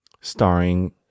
starring